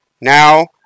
Now